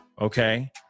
okay